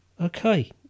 Okay